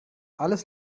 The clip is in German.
alles